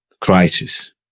crisis